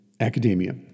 academia